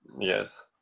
Yes